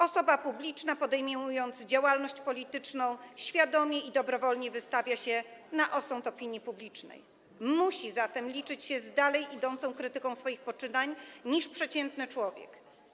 Osoba publiczna, podejmując działalność polityczną, świadomie i dobrowolnie wystawia się na osąd opinii publicznej, musi zatem liczyć się z dalej idącą krytyką swoich poczynań niż przeciętny człowiek.